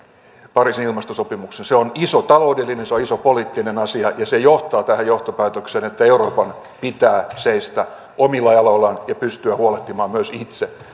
pariisin ilmastosopimuksen se on iso taloudellinen se on iso poliittinen asia ja se johtaa tähän johtopäätökseen että euroopan pitää seistä omilla jaloillaan ja pystyä huolehtimaan myös itse